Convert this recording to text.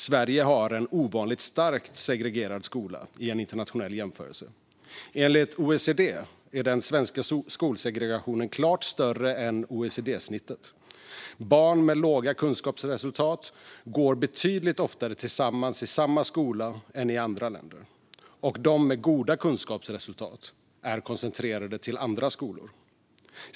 Sverige har en ovanligt starkt segregerad skola, i en internationell jämförelse. Enligt OECD är den svenska skolsegregationen klart större än OECD-snittet. Barn med låga kunskapsresultat går betydligt oftare tillsammans i samma skola än i andra länder, och de med goda kunskapsresultat är koncentrerade till andra skolor.